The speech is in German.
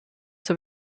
zur